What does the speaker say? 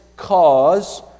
Cause